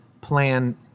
plan